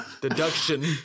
Deduction